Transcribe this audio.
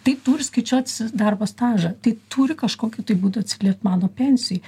tai turi skaičiuotis į darbo stažą tai turi kažkokiu tai būdu atsiliept mano pensijoj